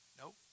Nope